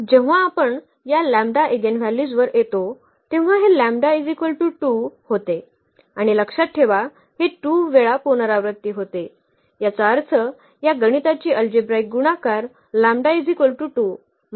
जेव्हा आपण या इगेनव्हॅल्यूजवर येतो तेव्हा हे λ 2 होते आणि लक्षात ठेवा हे 2 वेळा पुनरावृत्ती होते याचा अर्थ या गणिताची अल्जेब्राईक गुणाकार λ 2 म्हणजे 2 आहे